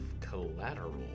Collateral